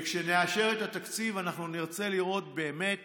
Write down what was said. וכשנאשר את התקציב אנחנו נרצה לראות באמת